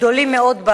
גדולים מאוד.